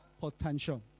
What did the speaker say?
potential